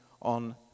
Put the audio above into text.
On